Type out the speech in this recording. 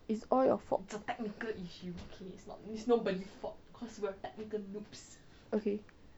it's all your fault